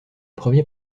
premier